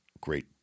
great